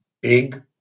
big